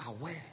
aware